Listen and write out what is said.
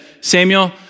Samuel